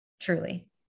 Truly